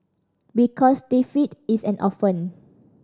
because defeat is an orphan